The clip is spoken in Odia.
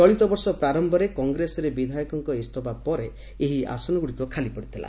ଚଳିତ ବର୍ଷ ପ୍ରାରମ୍ଭରେ କଂଗ୍ରେସରେ ବିଧାୟକଙ୍କ ଇଞ୍ଚଫା ପରେ ଏହି ଆସନଗୁଡ଼ିକ ଖାଲି ପଡ଼ିଥିଲା